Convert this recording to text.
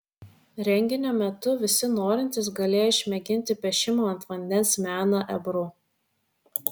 renginio metu visi norintys galėjo išmėginti piešimo ant vandens meną ebru